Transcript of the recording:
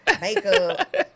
Makeup